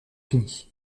fini